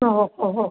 ഓ ഓ ഓ ഓ